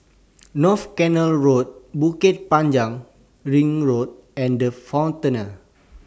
North Canal Road Bukit Panjang Ring Road and The Frontier